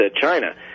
China